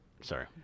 Sorry